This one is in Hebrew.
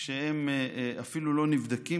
אפילו לא נבדקים?